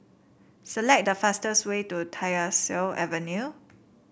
select the fastest way to Tyersall Avenue